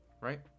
right